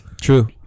True